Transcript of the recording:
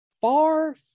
far